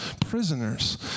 prisoners